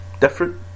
Different